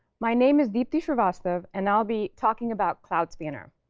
my name is deepti srivastava. and i'll be talking about cloud spanner.